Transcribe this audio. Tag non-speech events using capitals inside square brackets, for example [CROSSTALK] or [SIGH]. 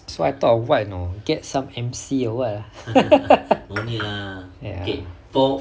so I thought of what you know get some emcee or what ah [LAUGHS] ya